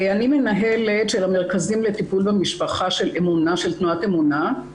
אני מנהלת של המרכזים לטיפול במשפחה של תנועת אמונה.